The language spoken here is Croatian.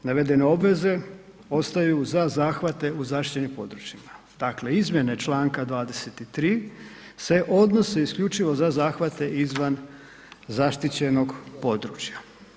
Navedene obveze ostaju za zahvate u zaštićenim područjima, dakle izmjene čl. 23. se odnose isključivo za zahvate izvan zaštićenog područja.